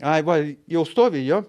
ai va jau stovi jo